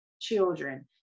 children